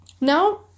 now